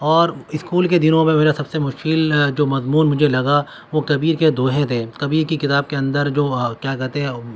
اور اسکول کے دنوں میں میرا سب سے مشکل جو مضمون مجھے لگا وہ کبیر کے دوہے تھے کبیر کی کتاب کے اندر جو کیا کہتے ہیں